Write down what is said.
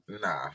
nah